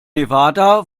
nevada